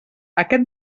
aquest